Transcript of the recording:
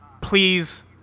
please